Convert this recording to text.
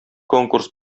конкурс